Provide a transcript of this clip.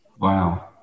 Wow